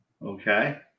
Okay